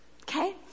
Okay